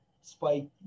spike